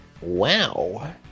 Wow